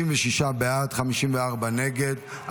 36 בעד, 54 נגד.